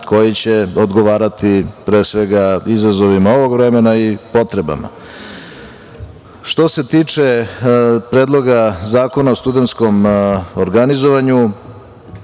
koji će odgovarati, pre svega izazovima ovog vremena i potrebama. Što se tiče Predloga Zakona o studentskom organizovanju,